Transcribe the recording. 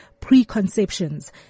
preconceptions